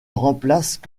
remplace